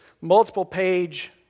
multiple-page